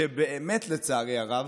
שבאמת, לצערי הרב,